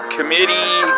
Committee